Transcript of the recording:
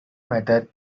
matter